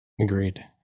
Agreed